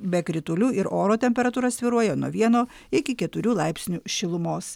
be kritulių ir oro temperatūra svyruoja nuo vieno iki keturių laipsnių šilumos